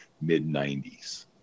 mid-90s